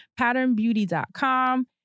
Patternbeauty.com